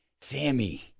Sammy